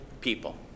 people